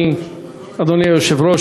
אדוני היושב-ראש,